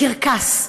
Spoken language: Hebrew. קרקס.